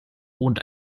wohnt